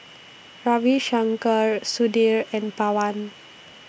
Ravi Shankar Sudhir and Pawan